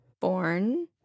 born